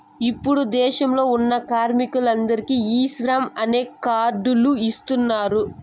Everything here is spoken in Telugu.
ఇప్పుడు దేశంలో ఉన్న కార్మికులందరికీ ఈ శ్రమ్ అనే కార్డ్ లు ఇస్తున్నారు